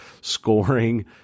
scoring